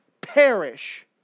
perish